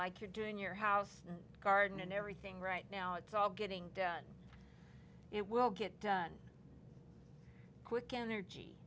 like you're doing your house garden and everything right now it's all getting done it will get done quick energy